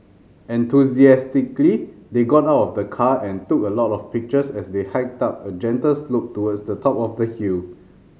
enthusiastically they got out of the car and took a lot of pictures as they hiked up a gentle slope towards the top of the hill